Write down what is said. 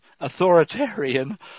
authoritarian